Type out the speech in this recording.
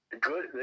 good